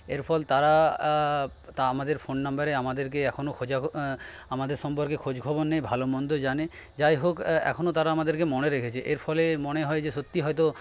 এরফল তারা তা আমাদের ফোন নাম্বারে আমাদেরকে এখনও খোঁজে আমাদের সম্পর্কে খোঁজখবর নেয় ভালোমন্দ জানে যাই হোক এখনও তারা আমাদেরকে মনে রেখেছে এর ফলে মনে হয় যে সত্যি হয়তো